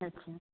अच्छा